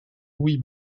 louis